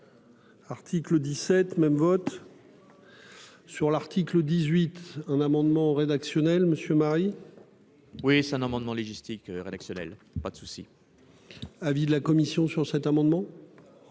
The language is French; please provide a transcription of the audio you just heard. Article 17 même vote. Sur l'article 18, un amendement rédactionnel monsieur Marie.-- Oui c'est un amendement logistique rédactionnelle. Pas de souci.-- Avis de la commission sur cet amendement.